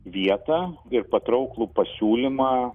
vietą ir patrauklų pasiūlymą